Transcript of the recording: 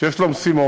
שיש לו משימות.